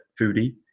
foodie